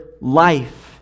life